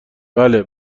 بله